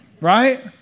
Right